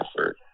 effort